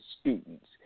students